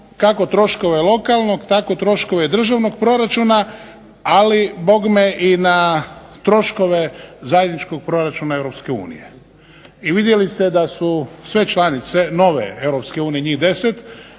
kako troškove lokalnog tako troškove državnog proračuna, ali bogme i na troškove zajedničkog proračuna EU. I vidjeli ste da su sve članice nove Europske unije,